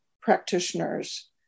practitioners